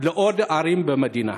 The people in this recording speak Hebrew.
לעוד ערים במדינה?